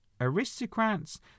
aristocrats